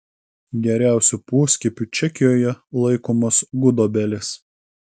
geriausiu poskiepiu čekijoje laikomos gudobelės